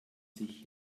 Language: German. sich